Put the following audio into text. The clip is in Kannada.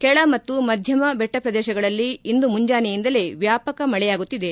ಕೆಳ ಮತ್ತು ಮಧ್ಯಮ ಬೆಟ್ಟ ಪ್ರದೇಶಗಳಲ್ಲಿ ಇಂದು ಮುಂಜಾನೆಯಿಂದಲೇ ವ್ಲಾಪಕ ಮಳೆಯಾಗುತ್ತಿದೆ